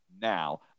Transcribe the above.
now